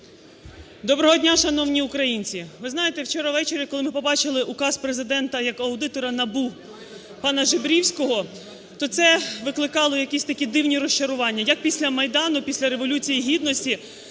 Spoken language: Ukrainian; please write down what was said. Доброго дня, шановні українці! Ви знаєте, вчора ввечері, коли ми побачили указ Президента, як аудитора НАБУ пана Жебрівського, то це викликало якісь такі дивні розчарування, як після Майдану, після Революції Гідності,